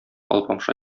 алпамша